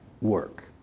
work